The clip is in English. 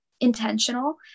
intentional